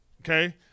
okay